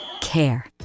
care